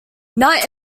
knight